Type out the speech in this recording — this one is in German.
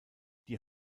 die